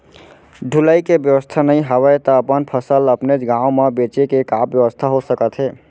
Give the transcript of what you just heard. ढुलाई के बेवस्था नई हवय ता अपन फसल ला अपनेच गांव मा बेचे के का बेवस्था हो सकत हे?